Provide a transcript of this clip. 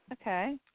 okay